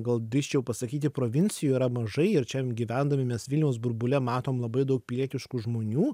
gal drįsčiau pasakyti provincijoj yra mažai ir čia gyvendami mes vilniaus burbule matom labai daug pilietiškų žmonių